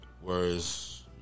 whereas